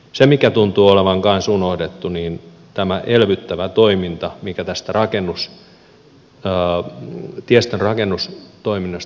se mikä tuntuu olevan kanssa unohdettu on tämä elvyttävä toiminta mikä tästä tiestön rakennustoiminnasta tulee